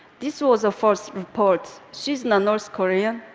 this was a false report. she's not north korean.